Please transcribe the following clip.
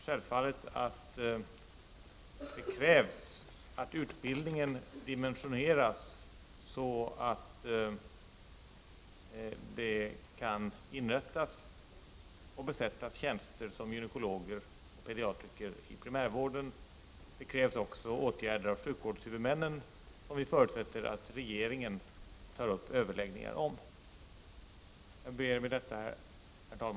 Självfallet är det nödvändigt att utbildningen dimensioneras så att gynekologoch pediatrikertjänster kan inrättas och besättas inom primärvården. Det är också nödvändigt att sjukvårdshuvudmännen vidtar åtgärder, och vi förutsätter att regeringen tar upp överläggningar med dem om detta. Herr talman!